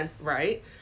right